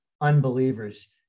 unbelievers